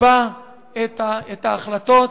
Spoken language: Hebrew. יקבע את ההחלטות,